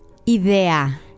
Idea